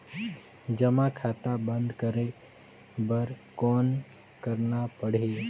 जमा खाता बंद करे बर कौन करना पड़ही?